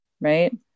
right